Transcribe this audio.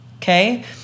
Okay